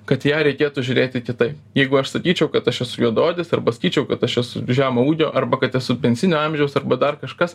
kad į ją reikėtų žiūrėti kitaip jeigu aš sakyčiau kad aš esu juodaodis arba sakyčiau kad aš esu žemo ūgio arba kad esu pensinio amžiaus arba dar kažkas